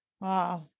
Wow